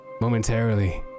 momentarily